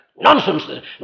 nonsense